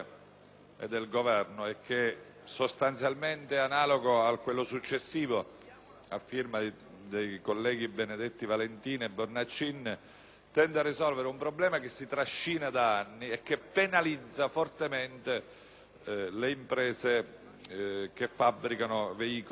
a firma dei colleghi Benedetti Valentini e Bornacin, tende a risolvere un problema che si trascina da anni e che penalizza fortemente le imprese che fabbricano semirimorchi destinati all'esportazione. Infatti, in virtù di una